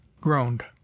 groaned